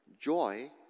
Joy